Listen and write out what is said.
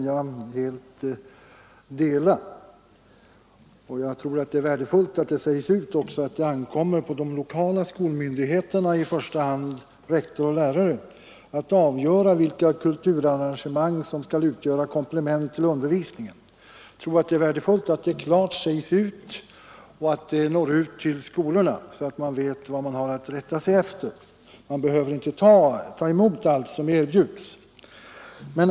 Jag tror också Sertverksamheten att det är värdefullt att det klart sägs ut att det ”ankommer på de lokala — i skolorna skolmyndigheterna, i första hand rektor och lärare, att avgöra vilka kulturarrangemang som skall utgöra komplement till undervisningen”. Det är värdefullt att detta når ut till skolorna, så att dessa vet vad de har att rätta sig efter; man behöver inte ta emot allt som erbjuds.